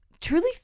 truly